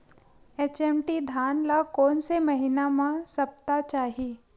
HMT धान ल कोन से महिना म सप्ता चाही?